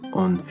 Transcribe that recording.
on